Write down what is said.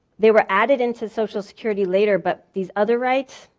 they were added into social security later, but these other rights,